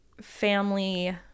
family